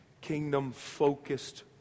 kingdom-focused